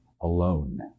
alone